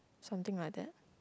something like that